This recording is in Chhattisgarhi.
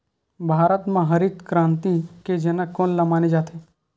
भारत मा हरित क्रांति के जनक कोन ला माने जाथे?